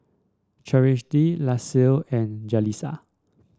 Cherish Laci and Jaleesa